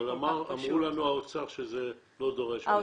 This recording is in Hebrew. אבל אמר לנו האוצר שזה לא דורש.